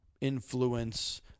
influence